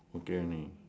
okay only